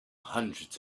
hundreds